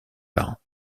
parents